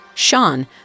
sean